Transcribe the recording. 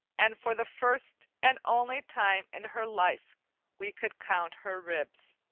and for the first and only time in her life we could count her ribs.